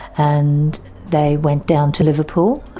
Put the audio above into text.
and they went down to liverpool,